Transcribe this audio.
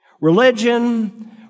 Religion